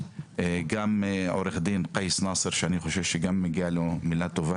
וגם עו"ד קייס נאסר שאני חושב שגם מגיעה לו מילה טובה,